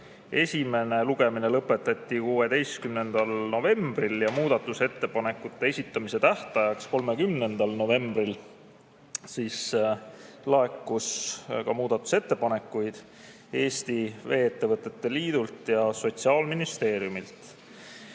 esimene lugemine lõpetati 16. novembril. Muudatusettepanekute esitamise tähtajaks, 30. novembriks laekus muudatusettepanekuid Eesti Vee-ettevõtete Liidult ja Sotsiaalministeeriumilt. Lühidalt